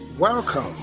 Welcome